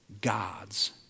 God's